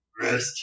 rest